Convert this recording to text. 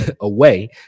away